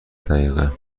دقیقه